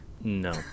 no